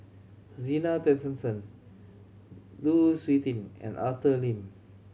Zena Tessensohn Lu Suitin and Arthur Lim